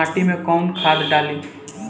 माटी में कोउन खाद डाली?